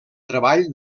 treball